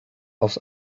aus